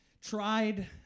tried